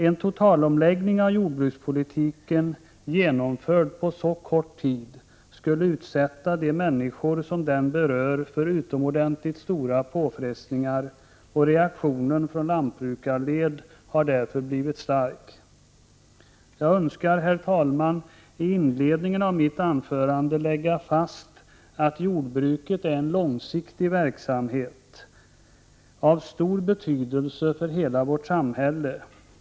En totalomläggning av jordbrukspolitiken genomförd på så kort tid skulle utsätta de människor som den berör för utomordentligt stora påfrestningar, och reaktionen från lantbrukarled har därför blivit stark. Jag önskar, herr talman, i inledningen av mitt anförande lägga fast att jordbruk är en långsiktig verksamhet av stor betydelse för hela vårt samhälle.